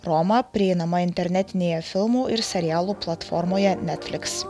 roma prieinama internetinėje filmų ir serialų platformoje netflix